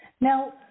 Now